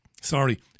sorry